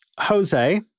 Jose